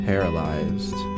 Paralyzed